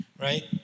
right